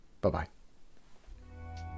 Bye-bye